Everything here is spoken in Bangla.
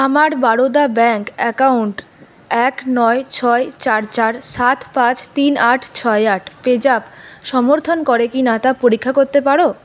আমার বারোদা ব্যাঙ্ক অ্যাকাউন্ট এক নয় ছয় চার চার সাত পাঁচ তিন আট ছয় আট পেজ্যাপ সমর্থন করে কি না তা পরীক্ষা করতে পারো